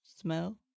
smell